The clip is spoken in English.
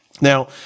Now